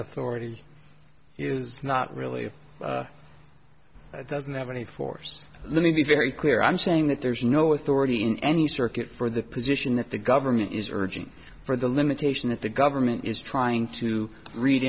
authority is not really it doesn't have any force let me be very clear i'm saying that there's no authority in any circuit for the position that the government is urging for the limitation that the government is trying to read